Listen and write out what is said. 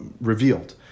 revealed